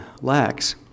lacks